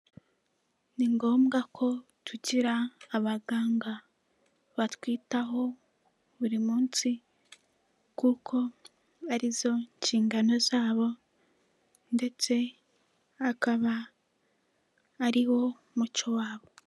Ni ngombwa ko tugira abaganga batwitaho buri munsi kuko ari zo nshingano zabo ndetse akaba ari wo muco wabo.